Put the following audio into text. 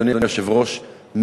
אדוני היושב-ראש,